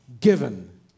given